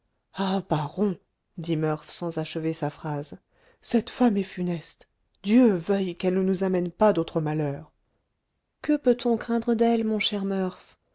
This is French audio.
baron dit murph sans achever sa phrase cette femme est funeste dieu veuille qu'elle ne nous amène pas d'autres malheurs que peut-on craindre d'elle mon cher